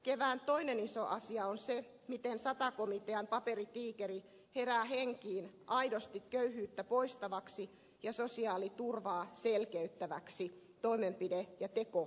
kevään toinen iso asia on se miten sata komitean paperitiikeri herää henkiin aidosti köyhyyttä poistavaksi ja sosiaaliturvaa selkeyttäväksi toimenpide ja teko ohjelmaksi